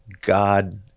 god